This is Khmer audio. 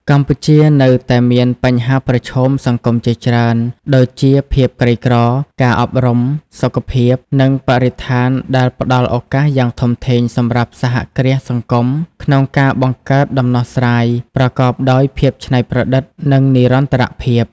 កម្ពុជានៅតែមានបញ្ហាប្រឈមសង្គមជាច្រើន ដូចជាភាពក្រីក្រ ការអប់រំ សុខភាព និងបរិស្ថានដែលផ្តល់ឱកាសយ៉ាងធំធេងសម្រាប់សហគ្រាសសង្គមក្នុងការបង្កើតដំណោះស្រាយប្រកបដោយភាពច្នៃប្រឌិត និងនិរន្តរភាព។